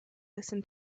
listen